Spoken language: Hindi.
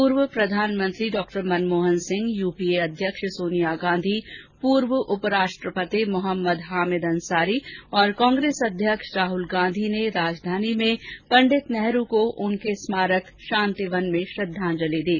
पूर्व प्रधानमंत्री डॉ मनमोहन सिंह यूपीए अध्यक्ष सोनिया गांधी पूर्व उप राष्ट्रपति मोहम्मद हामिद अंसारी और कांग्रेस अध्यक्ष राहुल गांधी ने राजधानी में पंडित नेहरू को उनके स्मारक शांतिवन में श्रद्वांजलि दी